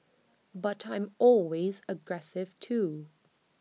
but I'm always aggressive too